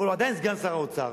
הוא עדיין סגן שר האוצר.